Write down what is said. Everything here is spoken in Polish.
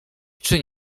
czy